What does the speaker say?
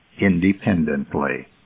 independently